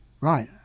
Right